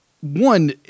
one